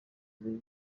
turebe